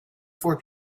four